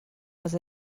les